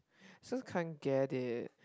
just can't get it